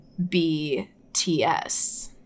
BTS